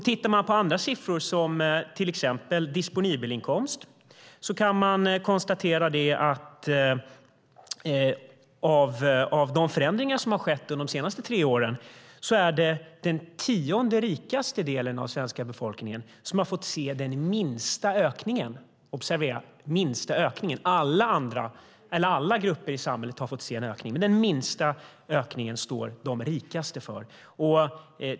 Tittar man på andra siffror, som till exempel disponibel inkomst, kan man konstatera att av de förändringar som har skett under de senaste tre åren är det den tionde rikaste delen av den svenska befolkningen som har fått se den minsta ökningen, observera den minsta ökningen. Alla grupper i samhället har fått se en ökning, men den minsta ökningen står de rikaste för.